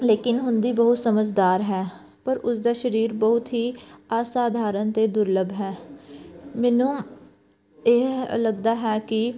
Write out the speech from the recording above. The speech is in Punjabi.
ਲੇਕਿਨ ਹੁੰਦੀ ਬਹੁਤ ਸਮਝਦਾਰ ਹੈ ਪਰ ਉਸ ਦਾ ਸਰੀਰ ਬਹੁਤ ਹੀ ਅਸਾਧਾਰਨ ਅਤੇ ਦੁਰਲਭ ਹੈ ਮੈਨੂੰ ਇਹ ਲੱਗਦਾ ਹੈ ਕਿ